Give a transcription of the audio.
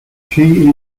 she